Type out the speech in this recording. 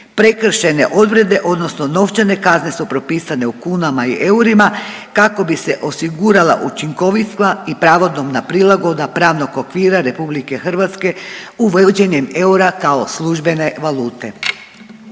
Prekršajne odredbe odnosno novčane kazne su propisane u kunama i eurima kako bi se osigurala učinkovita i pravodobna prilagodba pravnog okvira RH uvođenjem eura kao službene valute.